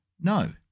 no